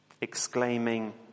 exclaiming